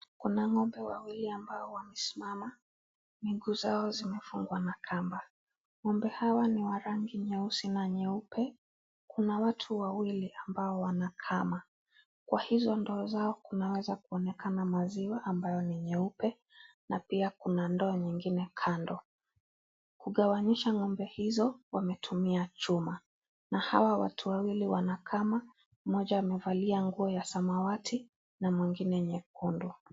Kuna ng'ombe wawili ambao wamesimama, miguu zao zimefungwa na kamba. Ng'ombe hawa ni wa rangi nyeusi na nyeupe, kuna watu wawili ambao wanakama, kwa hizo ndoo zao kunaweza kuonekana maziwa ambayo ni nyeupe na pia kuna ndoo nyingine kando. Kugawanyisha ng'ombe hizo wametumia chuma na hawa watu wawili wanakama, mmoja amevalia nguo ya samawati na mwingine nyekundu.